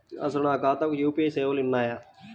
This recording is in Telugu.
అసలు నా ఖాతాకు యూ.పీ.ఐ సేవలు ఉన్నాయా?